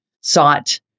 sought